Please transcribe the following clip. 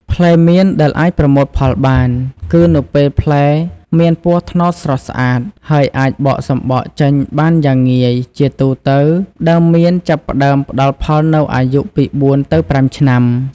ផ្លែមៀនដែលអាចប្រមូលផលបាន គឺនៅពេលផ្លែមានពណ៌ត្នោតស្រស់ស្អាត ហើយអាចបកសំបកចេញបានយ៉ាងងាយ ជាទូទៅ ដើមមៀនចាប់ផ្តើមផ្តល់ផលនៅអាយុពី ៤ ទៅ ៥ ឆ្នាំ។